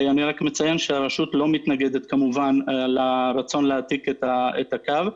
אני רק מציין שהרשות לא מתנגדת כמובן לרצון להעתיק את הקו.